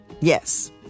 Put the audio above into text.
Yes